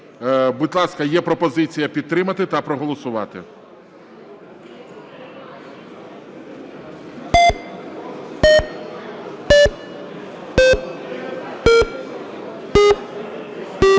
Будь ласка, є пропозиція підтримати та проголосувати.